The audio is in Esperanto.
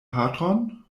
patron